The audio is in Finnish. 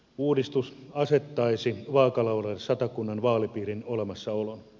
uudistus asettaisi vaakalaudalle satakunnan vaalipiirin olemassaolon